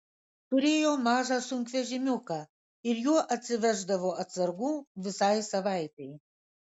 turėjo mažą sunkvežimiuką ir juo atsiveždavo atsargų visai savaitei